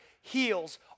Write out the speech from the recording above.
heals